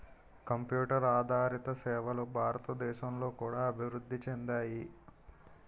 computer ఆదారిత సేవలు భారతదేశంలో కూడా అభివృద్ధి చెందాయి